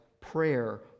prayer